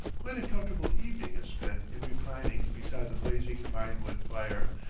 quite a comfortable evening is spent in reclining beside the blazing pine-wood fire,